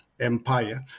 empire